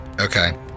Okay